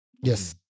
Yes